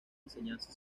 enseñanza